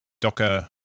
Docker